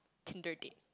Tinder date